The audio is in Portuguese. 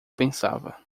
pensava